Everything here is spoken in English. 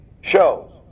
shows